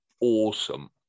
awesome